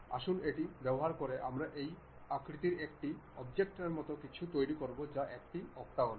আসুনএটি ব্যবহার করতে আমরা এই আকৃতির একটি অবজেক্টের মতো কিছু তৈরি করব যা একটি অক্টাগণ